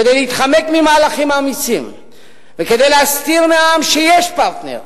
כדי להתחמק ממהלכים אמיצים וכדי להסתיר מהעם שיש פרטנר,